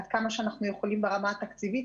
עד כמה שאנחנו יכולים ברמה התקציבית,